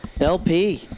LP